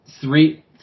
three